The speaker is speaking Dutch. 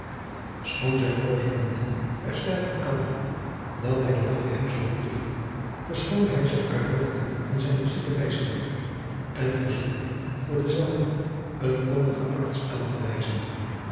schoon zijn korrespondent er sterk op aandrong dat hij den dag bij hem zou vertoeven verschoonde hij zich uit hoofde van zijnen zieken reisgenoot en verzocht hem voor denzelven adriaan loosjes pzn het leven van maurits lijnslager een kondigen arts aan te wijzen